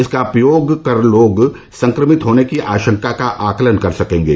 इसका उपयोग कर लोग संक्रमित होने की आशंका का आकलन कर सकेंगे